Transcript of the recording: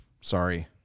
sorry